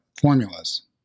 formulas